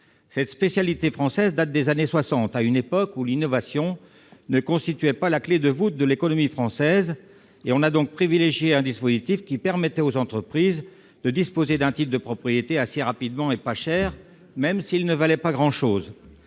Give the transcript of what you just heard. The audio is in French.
Cette spécificité française date des années soixante. À une époque où l'innovation ne constituait pas la clé de voûte de l'économie française, on a privilégié un dispositif qui permettait aux entreprises de disposer assez rapidement d'un titre de propriété pas cher, même s'il ne valait pas grand-chose.